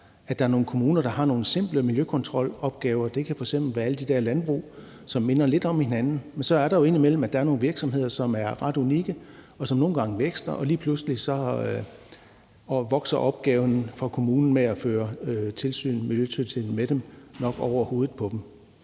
Der er nogle kommuner, der har nogle simple miljøkontrolopgaver, som f.eks. kan være alle de der landbrug, som minder lidt om hinanden, men så er der jo indimellem nogle virksomheder, som er ret unikke, og som nogle gange vækster, og lige pludselig vokser opgaven med at føre miljøtilsyn med dem nok over hovedet på